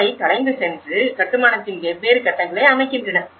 அவை கலைந்து சென்று கட்டுமானத்தின் வெவ்வேறு கட்டங்களை அமைக்கின்றன